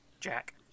Jack